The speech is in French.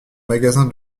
magasin